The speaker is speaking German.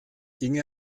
inge